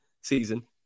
Season